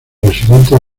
residentes